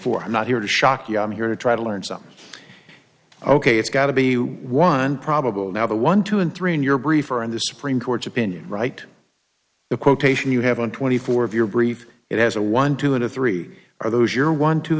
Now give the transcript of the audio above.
four i'm not here to shock you i'm here to try to learn something ok it's got to be one probable now the one two and three in your brief or in the supreme court's opinion right the quotation you have on twenty four of your brief it has a one two and three are those your one two